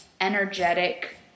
energetic